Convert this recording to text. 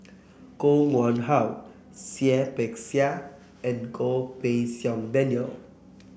Koh Nguang How Seah Peck Seah and Goh Pei Siong Daniel